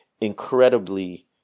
incredibly